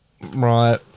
Right